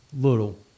little